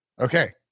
Okay